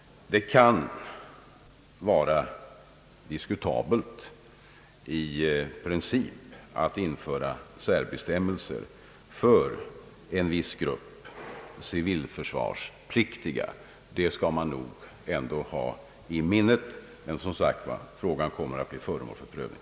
Det kan i princip vara diskutabelt att införa särbestämmelser för en viss grupp civilförsvarspliktiga — det bör vi nog ha i minnet. Frågan kommer emellertid, som sagt, att bli föremål för prövning.